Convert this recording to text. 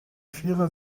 vierer